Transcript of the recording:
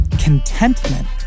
Contentment